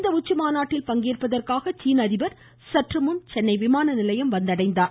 இந்த உச்சிமாநாட்டில் பங்கேற்பதற்காக சீன அதிபர் சென்னை விமான நிலையம் வந்தடைந்தார்